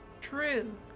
true